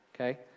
okay